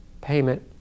payment